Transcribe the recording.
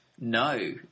No